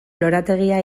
lorategia